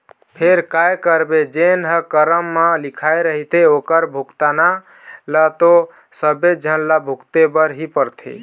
फेर काय करबे जेन ह करम म लिखाय रहिथे ओखर भुगतना ल तो सबे झन ल भुगते बर ही परथे